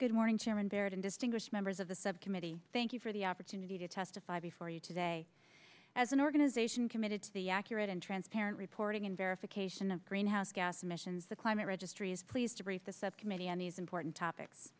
good morning chairman baird and distinguished members of the subcommittee thank you for the opportunity to testify before you today as an organization committed to the accurate and transparent reporting and verification of greenhouse gas emissions the climate registry is please to brief the subcommittee on these important topics